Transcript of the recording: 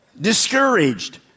discouraged